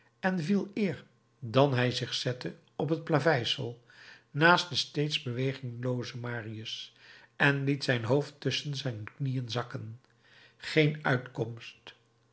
en viel eer dan hij zich zette op het plaveisel naast den steeds bewegingloozen marius en liet zijn hoofd tusschen zijn knieën zinken geen uitkomst